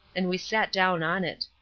and we sat down on it.